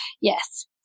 yes